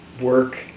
work